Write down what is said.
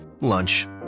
Lunch